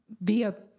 via